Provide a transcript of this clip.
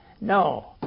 No